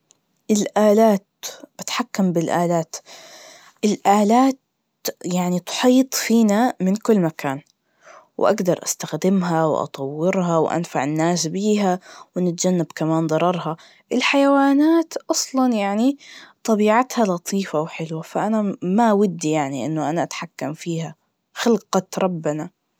الآلات, بتحكم بالآلات, الآلات يعني تحيط فينا من كل مكان, وأجدر أستخدمها واطورها وأنفع الناس بيها ونتجنب كمان ضررها, الحيوانات أصلاً يعني طبيعتها لطيفة وحلوة, فأنا ما ودي يعني إنه أنا أتحكم فيها, خلقة ربنا.